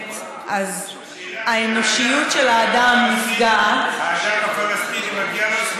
מתמלאת אז האנושיות של האדם נפגעת, השאלה מי האדם.